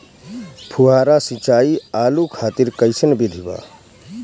फुहारा सिंचाई आलू खातिर कइसन विधि बा?